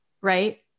right